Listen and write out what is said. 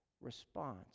response